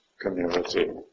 community